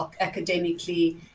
academically